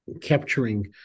capturing